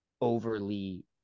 overly –